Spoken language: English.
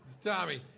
Tommy